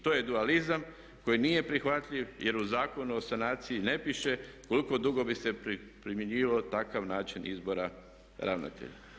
To je dualizam koji nije prihvatljiv jer u Zakonu o sanaciji ne piše koliko dugo bi se primjenjivao takav način izbora ravnatelja.